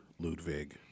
Ludwig